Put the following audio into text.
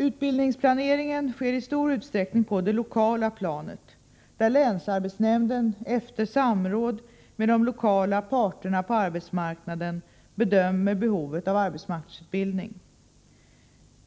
Utbildningsplaneringen sker i stor utsträckning på det lokala planet, där länsarbetsnämnden — efter samråd med de lokala parterna på arbetsmarknaden — bedömer behovet av arbetsmarknadsutbildning.